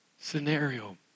scenario